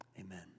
Amen